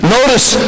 Notice